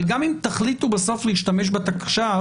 אבל גם אם תחליטו בסוף להשתמש בתקש"ח,